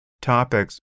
topics